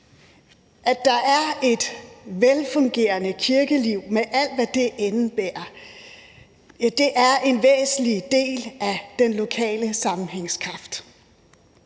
At der er et velfungerende kirkeliv med alt, hvad det indebærer, er en væsentlig del af den lokale sammenhængskraft.